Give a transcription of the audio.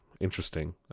Interesting